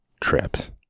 trips